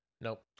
Nope